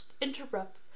interrupt